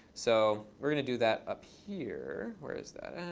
so we're going to do that up here. where is that and